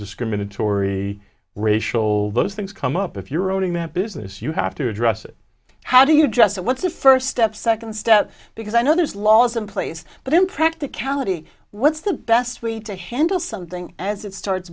discriminatory racial those things come up if you're on a map business you have to address it how do you address that what's a first step second step because i know there's laws in place but impracticality what's the best way to handle something as it starts